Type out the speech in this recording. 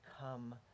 come